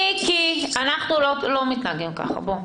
מיקי, אנחנו לא מתנהגים כך, בוא.